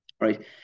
Right